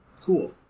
cool